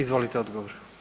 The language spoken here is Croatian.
Izvolite odgovor.